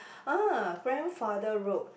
ah grandfather road